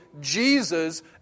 Jesus